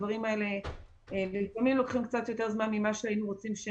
הדברים האלה לפעמים לוקחים קצת יותר זמן ממה שהיינו רוצים.